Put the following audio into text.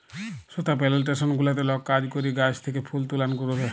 সুতা পেলেনটেসন গুলাতে লক কাজ ক্যরে গাহাচ থ্যাকে ফুল গুলান তুলে